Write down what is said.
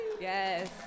Yes